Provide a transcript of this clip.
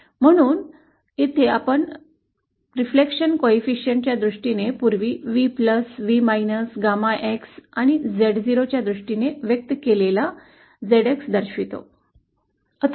म्हणून येथे आम्ही प्रतिबाधा गुणांकच्या दृष्टीने पूर्वी V V 𝚪 आणि Z0 च्या दृष्टीने व्यक्त केलेला ZX दर्शवितो